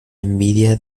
envidia